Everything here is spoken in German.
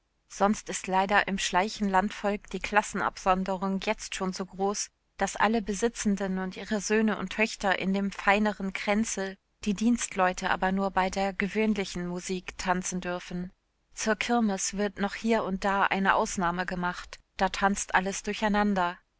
sonst ist leider im schleichen landvolk die klassenabsonderung jetzt schon so groß daß alle besitzenden und ihre söhne und töchter in dem feineren kränzel die dienstleute aber nur bei der gewöhnlichen musik tanzen dürfen zur kirmes wird noch hier und da eine ausnahme gemacht da tanzt alles durcheinander